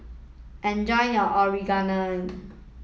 enjoy your Onigiri